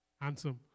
Handsome